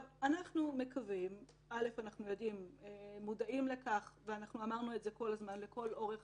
אנחנו מודעים לכך, ואמרנו את זה כל הזמן, לכל אורך